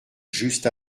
juste